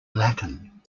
latin